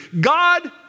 God